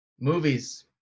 movies